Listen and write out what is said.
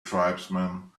tribesman